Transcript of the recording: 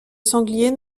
sanglier